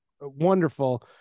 wonderful